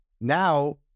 now